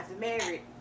married